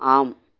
ஆம்